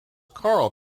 karl